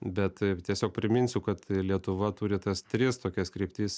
bet tiesiog priminsiu kad lietuva turi tas tris tokias kryptis